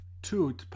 Two